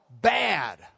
bad